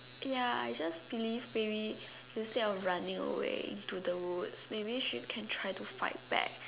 ya I just believe maybe instead of running away to the woods maybe she can try to fight back